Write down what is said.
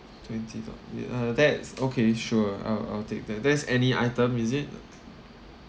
twenty doll~ ya uh that's okay sure I'll I'll take that that's any item is it